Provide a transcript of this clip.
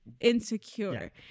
insecure